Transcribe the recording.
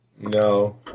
No